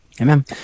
amen